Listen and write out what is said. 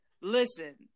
listen